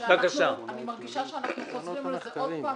אני מרגישה שאנחנו חוזרים לזה עוד פעם